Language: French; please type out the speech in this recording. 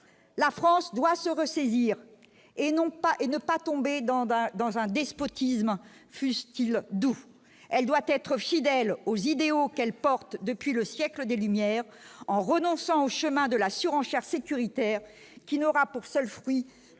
la France doit se ressaisir et non pas et ne pas tomber dans, dans, dans un despotisme fugitive d'où elle doit être fidèle aux idéaux qu'elle porte depuis le siècle des Lumières en renonçant au chemin de la surenchère sécuritaire qui n'aura pour seul fruit